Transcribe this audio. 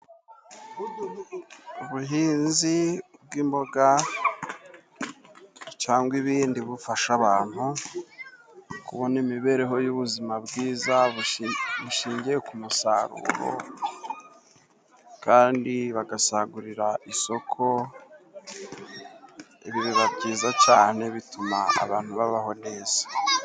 Ubuhinzi bw' imboga cyangwa ibindi, bufasha abantu kubona imibereho y' ubuzima bwiza bishingiye ku musaruro kandi bagasagurira isoko, ibi biba byiza cyane bituma abantu babaho neza.